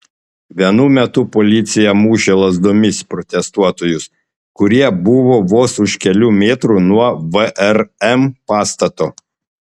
vienu metu policija mušė lazdomis protestuotojus kurie buvo vos už kelių metrų nuo vrm pastato